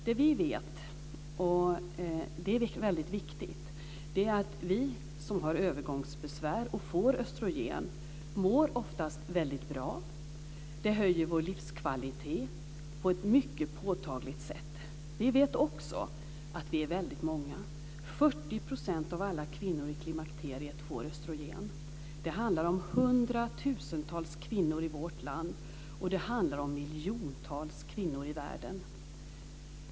Det vi vet - och det är väldigt viktigt - är att vi som har övergångsbesvär och får östrogen oftast mår väldigt bra. Det höjer vår livskvalitet på ett mycket påtagligt sätt. Vi vet också att vi är väldigt många. 40 % av alla kvinnor i klimakteriet får östrogen. Det handlar om 100 000-tals kvinnor i vårt land, och det handlar om miljontals kvinnor i världen.